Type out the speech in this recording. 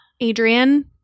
Adrian